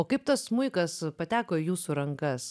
o kaip tas smuikas pateko į jūsų rankas